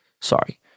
Sorry